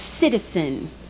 citizen